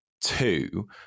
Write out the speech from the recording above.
two